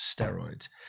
steroids